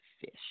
Fish